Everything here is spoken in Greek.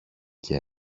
και